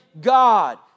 God